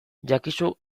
jakizu